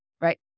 Right